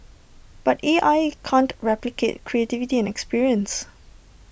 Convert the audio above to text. but A I can't replicate creativity and experience